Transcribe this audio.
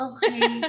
Okay